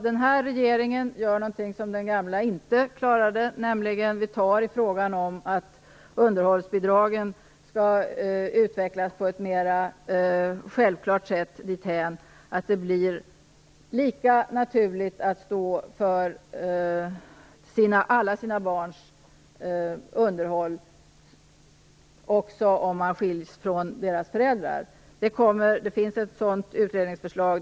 Den här regeringen gör något som den gamla inte klarade, vi tar nämligen tag i frågan om att underhållsbidragen skall utvecklas på ett mer självklart sätt dithän att det blir lika naturligt att stå för underhållet till alla sina barn även om man föräldrarna skiljs. Det finns ett sådant utredningsförslag.